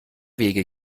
wege